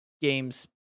games